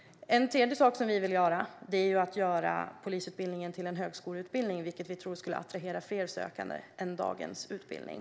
En tredje sak som vi vill göra är att göra polisutbildningen till en högskoleutbildning, som vi tror skulle attrahera fler sökande än dagens utbildning.